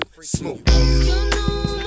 Smooth